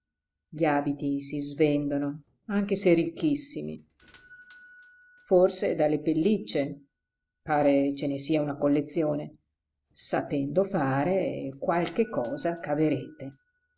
gli abiti si svendono anche se ricchissimi forse dalle pellicce pare ce ne sia una collezione sapendo fare qualche cosa caverete